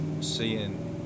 seeing